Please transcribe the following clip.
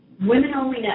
Women-only